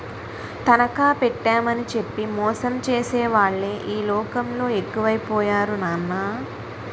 తనఖా పెట్టేమని చెప్పి మోసం చేసేవాళ్ళే ఈ లోకంలో ఎక్కువై పోయారు నాన్నా